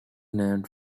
named